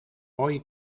hoy